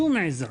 שום עזרה.